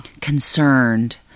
concerned